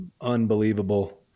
unbelievable